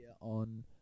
on